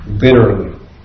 Bitterly